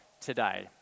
today